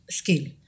scale